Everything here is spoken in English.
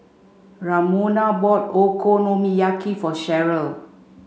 Ramona bought Okonomiyaki for Cheryl